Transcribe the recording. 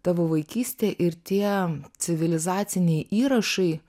tavo vaikystė ir tie civilizaciniai įrašai